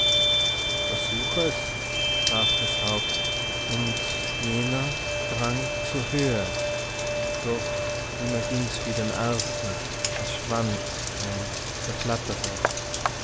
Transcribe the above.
versuch es sprach das haupt und jener drang zur höhe doch ihm erging's wie dem ersten er schwand und zerflatterte